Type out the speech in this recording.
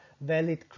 valid